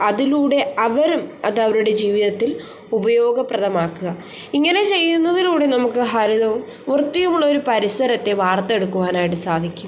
അതിലൂടെ അവരും അത് അവരുടെ ജീവിതത്തിൽ ഉപയോഗപ്രദമാക്കുക ഇങ്ങനെ ചെയ്യുന്നതിലൂടെ നമുക്ക് ഹരിതവും വൃത്തിയുമുള്ളൊരു പരിസരത്തെ വാർത്തെടുക്കുവാനായിട്ട് സാധിക്കും